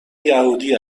یهودی